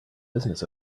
business